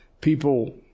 People